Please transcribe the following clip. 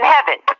heaven